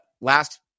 Last